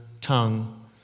tongue